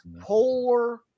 polar